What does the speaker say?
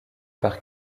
par